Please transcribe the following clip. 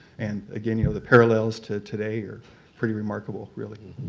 and again, you know the parallels to today are pretty remarkable, really.